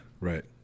Right